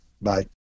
Bye